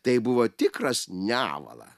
tai buvo tikras nevala